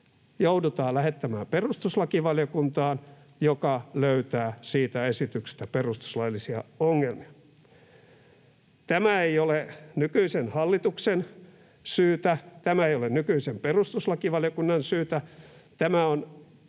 joudutaan lähettämään perustuslakivaliokuntaan, joka löytää siitä esityksestä perustuslaillisia ongelmia. Tämä ei ole nykyisen hallituksen syytä, tämä ei ole nykyisen perustuslakivaliokunnan syytä. Tämä on